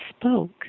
spoke